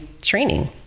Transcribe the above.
training